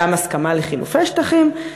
גם הסכמה לחילופי שטחים,